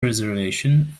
reservation